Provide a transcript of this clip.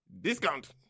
discount